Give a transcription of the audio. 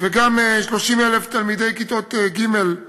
וגם 30,000 תלמידי כיתות ג' ה',